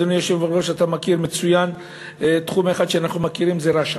אדוני היושב בראש, אתה מכיר מצוין תחום אחד: רש"א,